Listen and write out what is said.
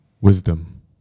wisdom